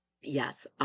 Yes